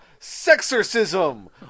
Sexorcism